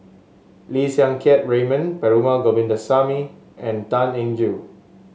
Lim Siang Keat Raymond Perumal Govindaswamy and Tan Eng Joo